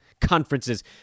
conferences